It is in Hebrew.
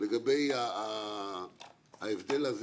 לגבי ההבדל הזה